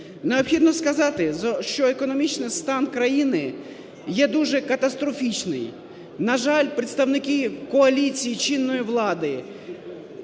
Необхідно сказати, що економічний стан країни є дуже катастрофічний. На жаль, представники коаліції, чинної влади